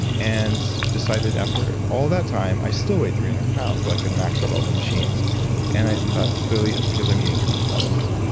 and decided after all that time. i still weighed three hundred pounds, but i could max out all the machines and i thought clearly it's because i'm eating too much lettuce.